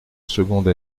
seconde